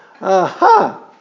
Aha